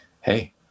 hey